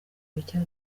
bike